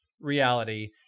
reality